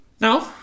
No